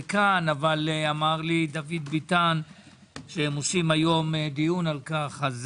כאן אבל אמר לי דוד ביטן שהם עושים היום דיון על כך אז